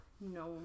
No